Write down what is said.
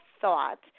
thought